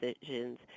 decisions